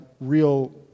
real